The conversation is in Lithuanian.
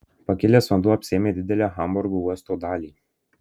pakilęs vanduo apsėmė didelę hamburgo uosto dalį